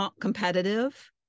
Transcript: competitive